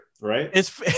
right